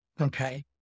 Okay